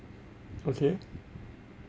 okay